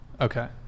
Okay